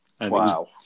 Wow